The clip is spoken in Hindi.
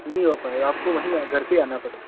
नहीं हो पाएगा आपको वहीं घर पे ही आना पड़ेगा